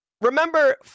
Remember